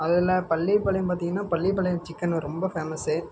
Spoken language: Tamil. முதல்ல பள்ளிய பாளையம் பார்த்திங்கன்னா பள்ளிய பாளையம் சிக்கென்னு ரொம்ப ஃபேமஸ்ஸு